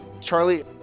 Charlie